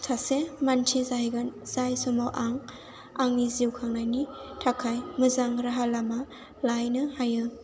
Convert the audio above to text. सासे मानसि जाहैगोन जाय समाव आं आंनि जिउ खांनायनि थाखाय मोजां राहा लामा लाहैनो हायो